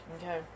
Okay